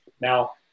Now